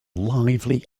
lively